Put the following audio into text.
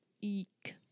Eek